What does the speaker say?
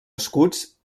escuts